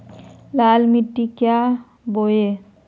लाल मिट्टी क्या बोए?